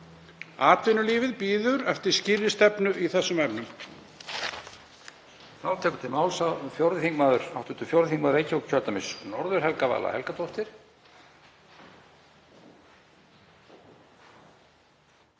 Atvinnulífið bíður eftir skýrri stefnu í þessum efnum.